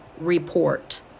report